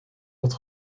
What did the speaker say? tot